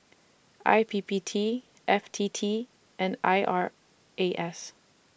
I P P T F T T and I R A S